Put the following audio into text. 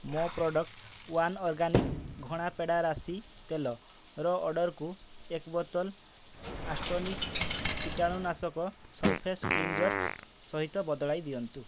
ମୋ product one organic ଘଣା ପେଡ଼ା ରାଶି ତେଲର ଅର୍ଡ଼ର୍କୁ ଏକ ବୋତଲ ଆଷ୍ଟୋନିସ୍ କୀଟାଣୁନାଶକ ସର୍ଫେସ୍ କ୍ଲିନ୍ଜର୍ ସହିତ ବଦଳାଇ ଦିଅନ୍ତୁ